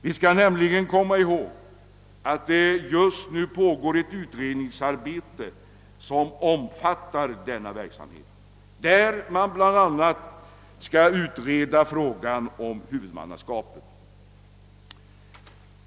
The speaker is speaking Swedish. Vi skall nämligen komma ihåg att det just nu pågår ett utredningsarbete som omfattar denna verksamhet, varvid man bl.a. skall utreda frågan om huvudmannaskapet.